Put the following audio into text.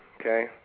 okay